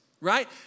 right